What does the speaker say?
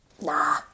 Nah